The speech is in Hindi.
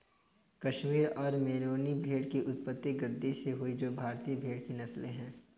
कश्मीर और मेरिनो भेड़ की उत्पत्ति गद्दी से हुई जो भारतीय भेड़ की नस्लें है